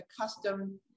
custom